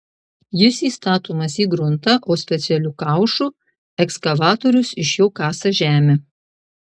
jis įstatomas į gruntą o specialiu kaušu ekskavatorius iš jo kasa žemę